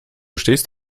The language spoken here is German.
stehst